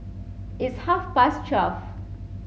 its half past twelve